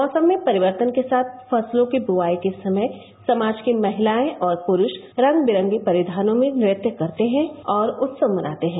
मौसम में परिवर्तन के साथ फसलों की बुवाई के समय समाज की महिलाएं और पुरूष रंग बिरंगे परिषानों में नृत्य करते हैं और उत्सव मनाते हैं